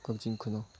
ꯀꯛꯆꯤꯡ ꯈꯨꯅꯧ